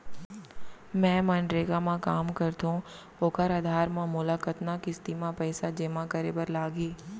मैं मनरेगा म काम करथो, ओखर आधार म मोला कतना किस्ती म पइसा जेमा करे बर लागही?